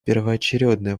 первоочередное